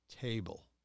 Table